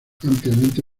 ampliamente